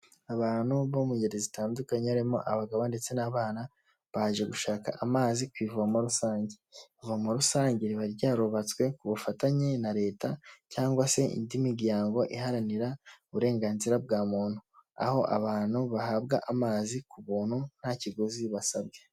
Abantu bo mu ngeri zitandukanye harimo abagabo ndetse n'abana, baje gushaka amazi ku ivomo rusange. Ivomo rusange riba ryarubatswe ku bufatanye na Leta cyangwa se indi miryango iharanira uburenganzira bwa muntu, aho abantu bahabwa amazi ku buntu nta kiguzi basabwe.